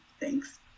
Thanks